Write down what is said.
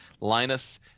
Linus